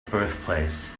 birthplace